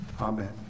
Amen